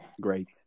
great